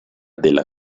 della